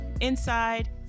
inside